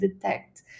detect